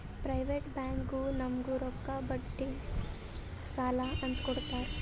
private ಬ್ಯಾಂಕ್ನಾಗು ನಮುಗ್ ರೊಕ್ಕಾ ಬಡ್ಡಿಗ್ ಸಾಲಾ ಅಂತ್ ಕೊಡ್ತಾರ್